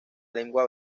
lengua